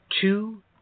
two